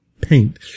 paint